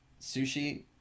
sushi